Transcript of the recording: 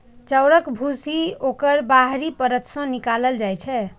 चाउरक भूसी ओकर बाहरी परत सं निकालल जाइ छै